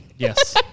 Yes